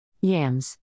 Yams